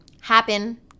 happen